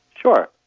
Sure